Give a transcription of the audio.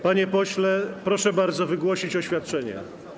Panie pośle, proszę bardzo wygłosić oświadczenie.